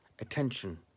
Attention